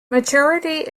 maturity